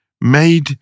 made